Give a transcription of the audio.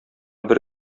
бер